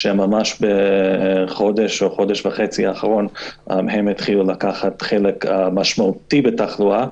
ממש בחודש או בחודש וחצי האחרון התחילו לקחת חלק משמעותי בתחלואה.